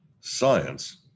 Science